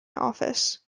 office